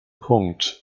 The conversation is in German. punkt